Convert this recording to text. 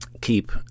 keep